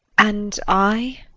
and i?